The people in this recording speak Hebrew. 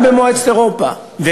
וגם במועצת אירופה.